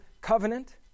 covenant